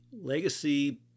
Legacy